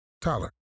Tyler